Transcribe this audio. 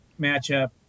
matchup